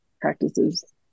practices